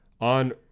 on